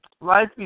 Life